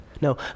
No